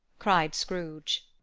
cried scrooge.